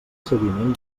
seguiment